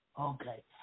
Okay